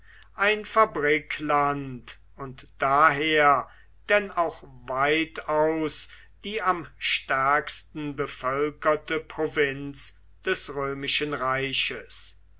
ein fabrikland und daher denn auch weitaus die am stärksten bevölkerte provinz des römischen reiches